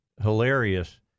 hilarious